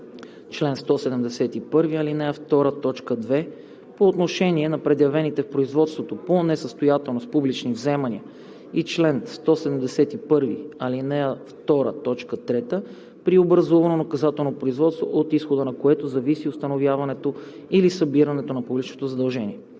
е погасено по отношение на предявените в производството по несъстоятелност публични вземания и при образувано наказателно производство, от изхода на което зависи установяването или събирането на публичното задължение.